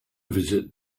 visit